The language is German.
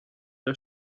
der